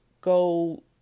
go